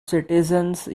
citizens